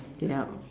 yup